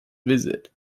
visit